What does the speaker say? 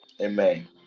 Amen